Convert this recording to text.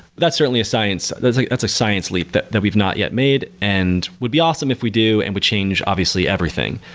that's certainly a science that's like science leap that that we've not yet made, and would be awesome if we do and would change obviously everything.